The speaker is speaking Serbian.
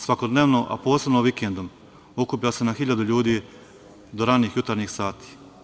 Svakodnevno, a posebno vikendom, okuplja se na hiljade ljudi do ranih jutarnjih sati.